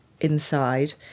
inside